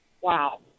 Wow